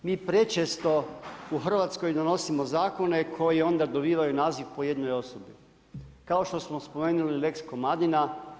Mi prečesto u Hrvatskoj donosimo zakone koji onda dobivaju naziv po jednoj osobi, kao što smo spomenuli lex Komadina.